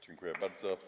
Dziękuję bardzo.